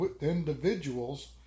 individuals